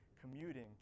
commuting